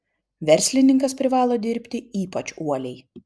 verslininkas privalo dirbti ypač uoliai